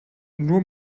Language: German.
nur